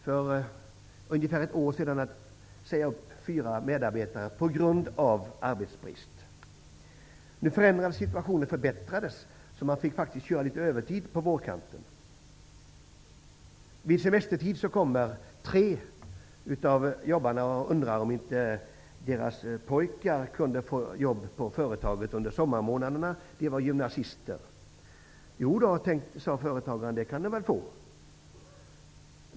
För ungefär ett år sedan tvingades företaget att säga upp fyra medarbetare på grund av arbetsbrist. Situationen förbättrades, och det blev fråga om en del övertid på vårkanten. Vid semestertid undrade tre av de anställda om inte deras pojkar som gick i gymnasiet kunde få jobb på företaget under sommarmånaderna. Företagaren sade att det gick bra.